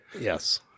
Yes